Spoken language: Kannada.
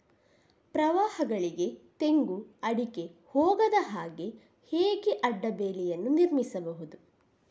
ಪ್ರವಾಹಗಳಿಗೆ ತೆಂಗು, ಅಡಿಕೆ ಹೋಗದ ಹಾಗೆ ಹೇಗೆ ಅಡ್ಡ ಬೇಲಿಯನ್ನು ನಿರ್ಮಿಸಬಹುದು?